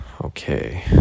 Okay